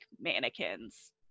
mannequins